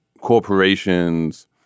corporations